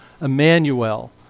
Emmanuel